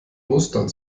mustern